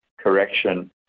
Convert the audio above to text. correction